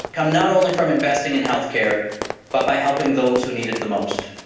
come not only from investing in health care but by helping those who need it the most.